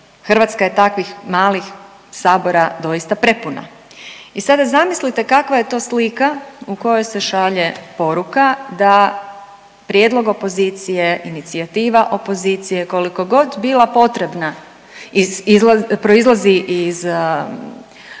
Hrvatska je takvih malih Sabora doista prepuna. I sada zamislite kakva je to slika u kojoj se šalje poruka da prijedlog opozicije, inicijativa opozicije koliko god bila potrebna proizlazi iz stvarnog